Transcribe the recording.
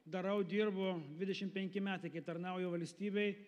darau dirbu dvidešim penki metai kai tarnauju valstybei